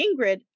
Ingrid